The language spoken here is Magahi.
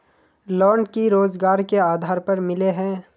लोन की रोजगार के आधार पर मिले है?